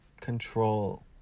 control